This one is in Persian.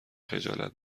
خجالت